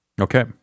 Okay